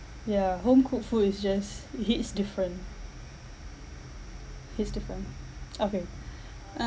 ya home cooked food is just it is different it's different okay